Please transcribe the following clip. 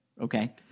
Okay